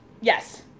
yes